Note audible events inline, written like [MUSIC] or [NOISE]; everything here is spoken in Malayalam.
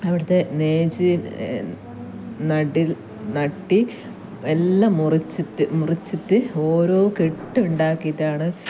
അവിടുത്തെ [UNINTELLIGIBLE] നടീല് നട്ട് എല്ലാം മുറിച്ചിട്ട് മുറിച്ചിട്ട് ഓരോ കെട്ടുണ്ടാക്കിയിട്ടാണ്